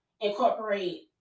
incorporate